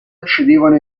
accedevano